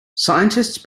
scientists